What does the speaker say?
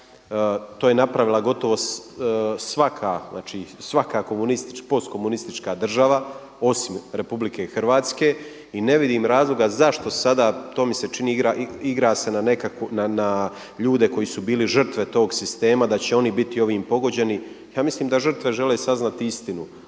To je napravila gotovo svaka, znači svaka postkomunistička država osim RH i ne vidim razloga zašto sada, to mi se čini igra se na ljude koji su bili žrtve tog sistema da će oni biti ovim pogođeni. Ja mislim da žrtve žele saznati istinu